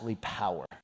power